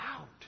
out